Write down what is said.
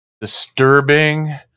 disturbing